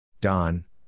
Don